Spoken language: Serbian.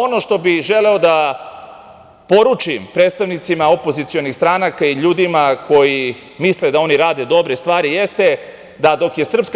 Ono što bi želeo da poručim predstavnicima opozicionih stranaka i ljudima koji misle da oni rade dobre stvari jeste da dok je SNS